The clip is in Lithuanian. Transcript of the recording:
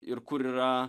ir kur yra